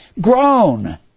grown